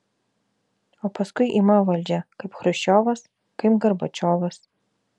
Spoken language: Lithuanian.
o paskui ima valdžią kaip chruščiovas kaip gorbačiovas